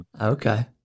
Okay